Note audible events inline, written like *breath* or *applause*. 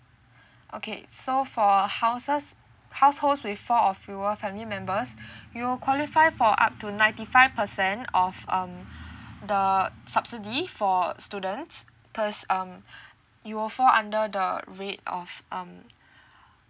okay so for houses households with four or fewer family members *breath* you'll qualify for up to ninety five percent of um the subsidy for students cause um you will fall under the rate of um